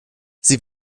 sie